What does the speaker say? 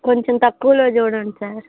కొంచెం తక్కువలో చూడండి సార్